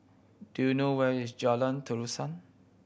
do you know where is Jalan Terusan